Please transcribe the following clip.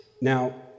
Now